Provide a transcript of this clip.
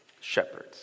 shepherds